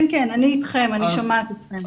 אני איתכם, אני שומעת אתכם.